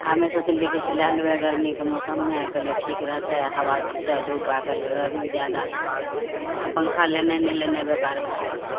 हमे सोचलिए कि से लै लेबै गरमीके मौसममे कहलिए ठीक रहतै हवा चलतै धूप आजकल गरमी जादा छै आओर पन्खा लेने नहि लेने बेकार भै गेलै